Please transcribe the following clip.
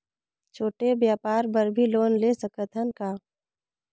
छोटे व्यापार बर भी लोन ले सकत हन का?